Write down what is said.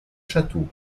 château